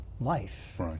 life